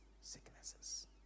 sicknesses